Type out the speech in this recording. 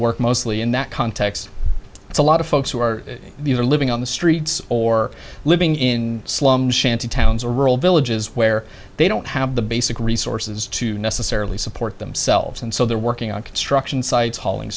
work mostly in that context it's a lot of folks who are these are living on the streets or living in slums shanty towns a rural villages where they don't have the basic resources to necessarily support themselves and so they're working on construction sites hauling